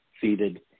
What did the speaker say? seated